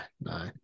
no